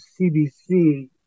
CBC